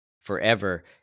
forever